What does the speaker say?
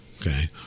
Okay